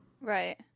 Right